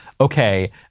okay